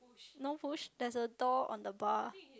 no push there's a door on the bar